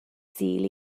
sul